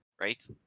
right